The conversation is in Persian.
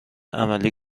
عملی